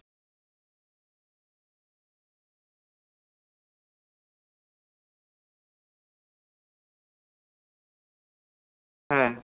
ᱦᱮᱸ